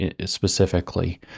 specifically